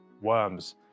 worms